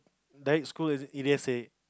direct school is it the D_S_A